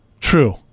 True